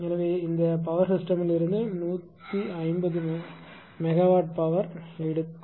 எனவே இந்த பவர் ஸிஸ்டெமில் இருந்து 150 மெகாவாட் பவர் எடுக்கும்